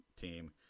team